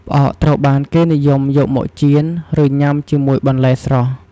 ផ្អកត្រូវបានគេនិយមយកមកចៀន ឬញ៉ាំជាមួយបន្លែស្រស់។